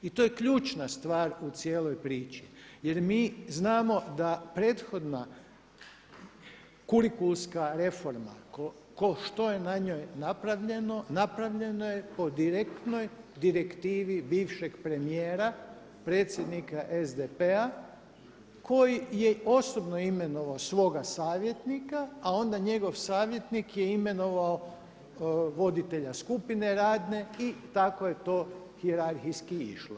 I to je ključna stvar u cijeloj priči jer mi znamo da prethodna kurikulska reforma što je na njoj napravljeno, napravljeno je po direktnoj direktivi bivšeg premijera, predsjednika SDP-a koji je osobno imenovao svoga savjetnika, a onda njegov savjetnik je imenovao voditelja radne skupine i tako je to hijerarhijski išlo.